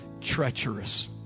treacherous